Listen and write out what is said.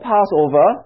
Passover